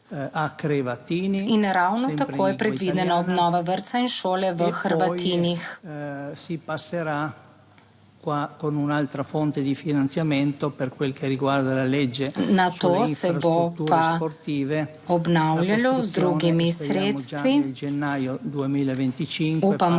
in ravno tako je predvidena obnova vrtca in šole v Hrvatinih. Na to se bo pa obnavljalo z drugimi sredstvi, upamo